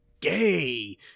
gay